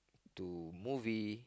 to movie